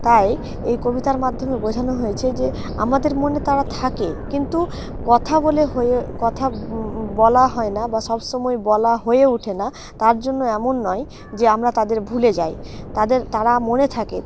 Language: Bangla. তাই এই কবিতার মাধ্যমে বোঝানো হয়েছে যে আমাদের মনে তারা থাকে কিন্তু কথা বলে হয়ে কথা বলা হয় না বা সব সমময় বলা হয়ে ওঠে না তার জন্য এমন নয় যে আমরা তাদের ভুলে যাই তাদের তারা মনে থাকে